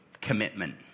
commitment